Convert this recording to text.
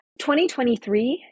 2023